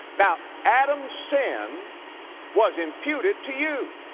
now adam's sin was imputed to you.